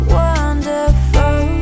wonderful